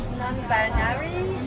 non-binary